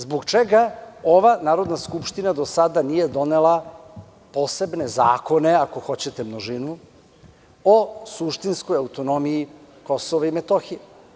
Zbog čega ova Narodna skupština do sada nije donela posebne zakone, ako hoćete množinu, o suštinskoj autonomiji Kosova i Metohije?